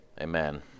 amen